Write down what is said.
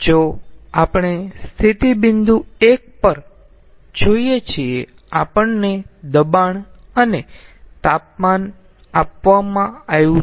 જો આપણે સ્થિતિ બિંદુ 1 પર જોઈએ છીએ આપણને દબાણ અને તાપમાન આપવામાં આવ્યું છે